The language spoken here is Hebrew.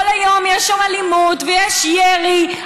כל היום יש אלימות ויש ירי,